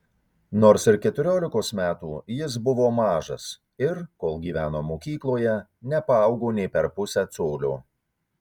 nors ir keturiolikos metų jis buvo mažas ir kol gyveno mokykloje nepaaugo nė per pusę colio